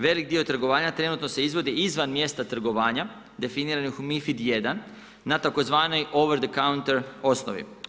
Velik dio trgovanja trenutno se izvodi izvan mjesta trgovanja, definiranih u MiFID I na tzv. over the counter osnovi.